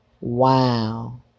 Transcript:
Wow